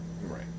Right